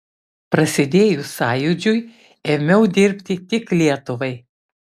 prasidėjus sąjūdžiui ėmiau dirbti tik lietuvai